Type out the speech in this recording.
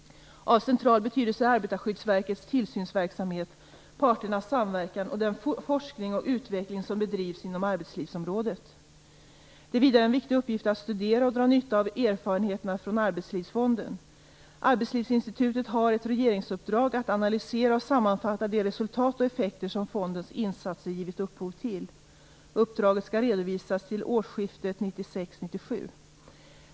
Av central betydelse är Arbetarskyddsverkets tillsynsverksamhet, parternas samverkan och den forskning och utveckling som bedrivs inom arbetslivsområdet. Det är vidare en viktig uppgift att studera och dra nytta av erfarenheterna från Arbetslivsfonden. Arbetslivsinstitutet har ett regeringsuppdrag att analysera och sammanfatta de resultat och effekter som fondens insatser givit upphov till. Uppdraget skall redovisas till årsskiftet 1996/97.